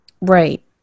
Right